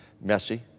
messy